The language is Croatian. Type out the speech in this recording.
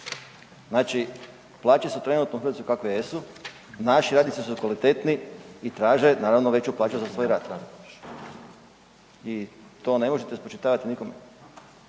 Znači plaće su trenutno u Hrvatskoj kakve jesu, naši radnici su kvalitetni i traže naravno veću plaću za svoj rad i to ne možete spočitavati nikom.